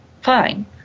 fine